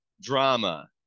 drama